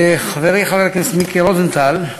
חברי חבר הכנסת מיקי רוזנטל,